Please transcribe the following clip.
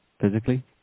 physically